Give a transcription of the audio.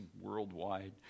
worldwide